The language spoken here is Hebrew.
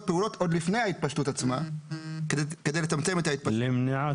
פעולות עוד לפני ההתפשטות עצמה כדי לצמצם את ההתפשטות.